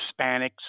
Hispanics